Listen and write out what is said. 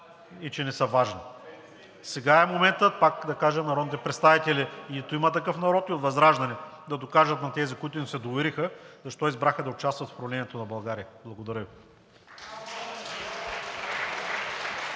и че не са важни. (Реплики.) Сега е моментът, пак да кажа на народните представители от „Има такъв народ“ и от ВЪЗРАЖДАНЕ, да докажат на тези, които им се довериха, защо избраха да участват в управлението на България. Благодаря